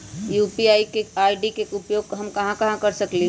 UPI ID के उपयोग हम कहां कहां कर सकली ह?